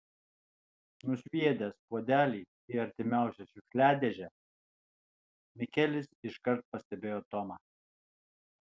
nusviedęs puodelį į artimiausią šiukšliadėžę mikelis iškart pastebėjo tomą